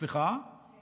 שזה